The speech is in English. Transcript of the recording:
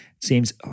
seems